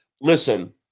Listen